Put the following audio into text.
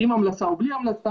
עם המלצה או בלי המלצה,